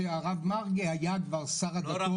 שמר מרגי היה כבר שר הדתות,